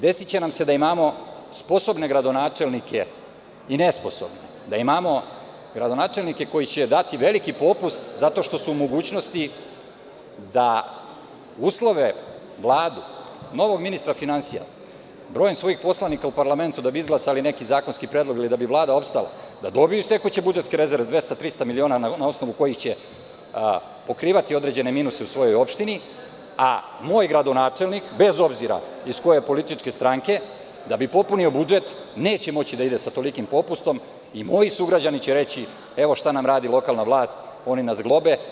Desiće nam se da imamo sposobne gradonačelnike i nesposobne, da imamo gradonačelnike koji će dati veliki popust zato što su u mogućnosti da uslove Vladu, novog ministra finansija brojem svojih poslanika u parlamentu da bi izglasali neki zakonski predlog ili da bi Vlada opstala, da dobiju iz tekuće budžetske rezerve dvesta, trista miliona na osnovu kojih će pokrivati određene minuse u svojoj opštini, a moj gradonačelnik, bez obzira iz koje je političke stranke, da bi popunio budžet neće moći da ide sa tolikim popustom i moji sugrađani će reći - evo šta nam radi lokalna vlast, oni nas globe.